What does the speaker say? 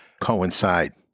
coincide